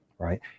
right